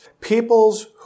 people's